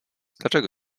dlaczego